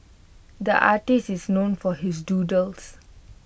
the artist is known for his doodles